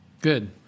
Good